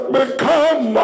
become